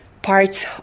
parts